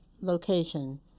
location